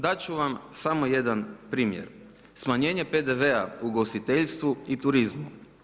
Dat ću vam samo jedan primjer smanjenje PDV-a ugostiteljstvu i turizmu.